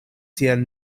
tiel